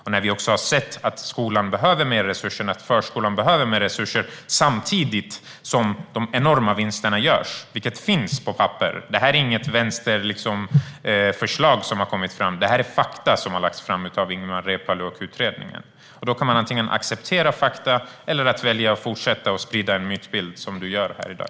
Vi har också sett att skolan och förskolan behöver mer resurser samtidigt som de enorma vinsterna görs. Det finns på papper. Det är inget vänsterförslag utan fakta som har lagts fram av Ilmar Reepalu och utredningen. Då kan man antingen acceptera fakta eller välja att fortsätta sprida en mytbild, som du gör här i dag.